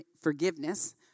forgiveness